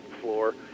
floor